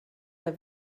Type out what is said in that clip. der